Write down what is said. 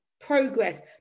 progress